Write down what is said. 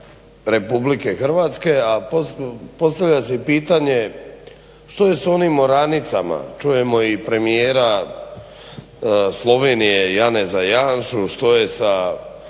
teritorija RH, a postavlja se i pitanje što je s onim oranicama, čujemo i premijera Slovenije Janeza Janšu što je sa